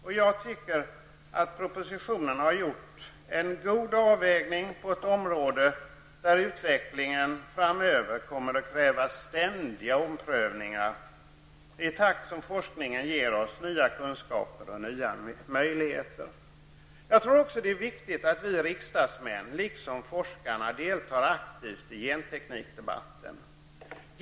Jag anser att regeringen i propositionen har gjort en god avvägning på ett område där utvecklingen framöver kommer att kräva ständiga omprövningar i takt med att forskningen ger oss nya kunskaper och nya möjligheter. Jag tror också att det är viktigt att vi riksdagsmän liksom forskarna deltager aktivt i genteknikdebatten.